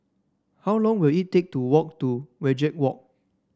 how long will it take to walk to Wajek Walk